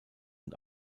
und